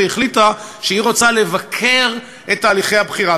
החליטה שהיא רוצה לבקר את תהליכי הבחירה.